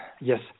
Yes